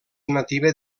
nativa